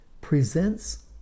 presents